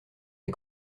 les